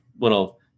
little